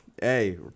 Hey